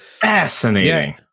fascinating